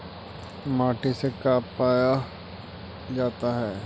माटी से का पाया जाता है?